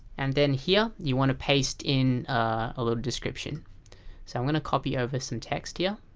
and then here, you want to paste in a little description so i'm gonna copy over some text here.